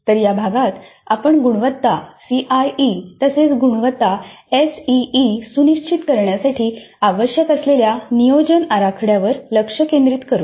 तर या भागात आपण गुणवत्ता सीआयई तसेच गुणवत्ता एसईई सुनिश्चित करण्यासाठी आवश्यक असलेल्या नियोजन आराखड्यावर लक्ष केंद्रित करू